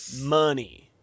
money